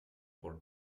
por